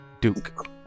Duke